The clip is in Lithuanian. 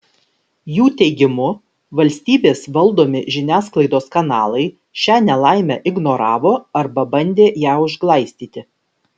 jų teigimu valstybės valdomi žiniasklaidos kanalai šią nelaimę ignoravo arba bandė ją užglaistyti